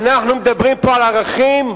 אנחנו מדברים פה על ערכים?